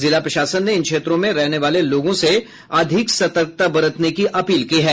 जिला प्रशासन ने इन क्षेत्रों में रहने वाले लोगों से अधिक सतर्कता बरतने की अपील की है